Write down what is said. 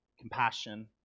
compassion